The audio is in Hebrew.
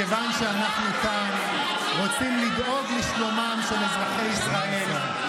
מכיוון שאנחנו כאן רוצים לדאוג לשלומם של אזרחי ישראל,